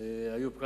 איוב קרא.